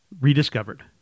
rediscovered